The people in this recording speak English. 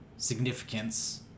significance